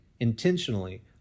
intentionally